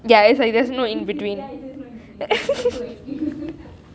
ya is like just no in between